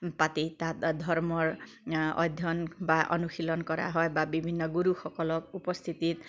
পাতি তাত ধৰ্মৰ অধ্যয়ন বা অনুশীলন কৰা হয় বা বিভিন্ন গুৰুসকলক উপস্থিতিত